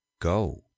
Go